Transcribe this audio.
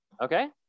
Okay